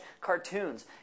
cartoons